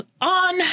On